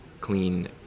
clean